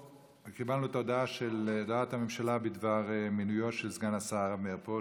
קיבלנו את הודעת הממשלה בדבר מינויו של סגן השר מאיר פרוש.